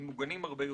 הם מוגנים הרבה יותר".